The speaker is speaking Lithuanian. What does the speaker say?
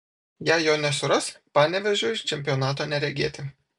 jei jo nesuras panevėžiui čempionato neregėti